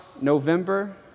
November